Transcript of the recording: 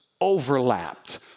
Overlapped